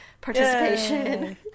participation